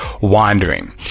wandering